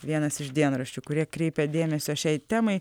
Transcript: vienas iš dienraščių kurie kreipia dėmesio šiai temai